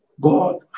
God